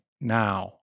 now